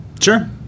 sure